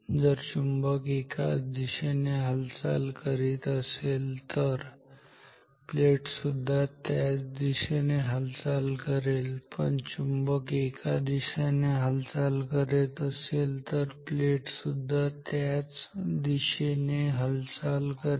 जर चुंबक एका दिशेने हालचाल करत असेल तर प्लेट सुद्धा त्याच दिशेने हालचाल करेल